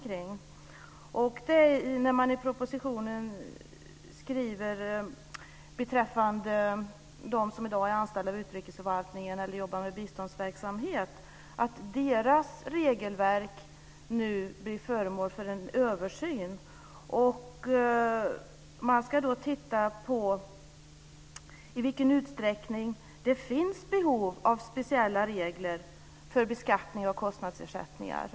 Man skriver att regelverket för dem som i dag är anställda av utrikesförvaltningen eller jobbar med biståndsverksamhet nu blir föremål för en översyn. Man ska titta på i vilken utsträckning det finns behov av speciella regler för beskattning av kostnadsersättningar.